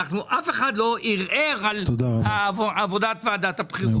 אף אחד לא ערער על עבודת ועדת הבחירות,